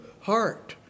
heart